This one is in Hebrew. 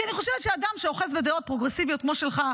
כי אני חושבת שאדם שאוחז בדעות פרוגרסיביות כמו שלך,